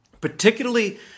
particularly